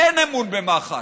אין אמון במח"ש.